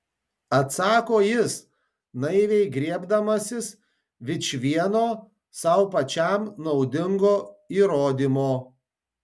atsako jis naiviai griebdamasis vičvieno sau pačiam naudingo įrodymo